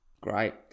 great